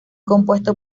compuesto